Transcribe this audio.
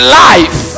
life